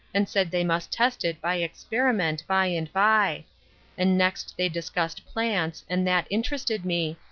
and said they must test it by experiment by and by and next they discussed plants, and that interested me,